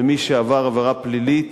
ומי שעבר עבירה פלילית,